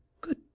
Good